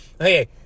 Okay